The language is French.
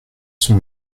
sont